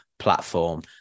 platform